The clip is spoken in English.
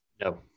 No